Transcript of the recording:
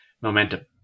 momentum